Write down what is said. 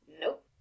Nope